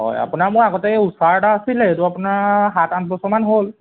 হয় আপোনাৰ মোৰ আগতে এই ঊষাৰ এটা আছিলে এইটো আপোনাৰ সাত আঠ বছৰমান হ'ল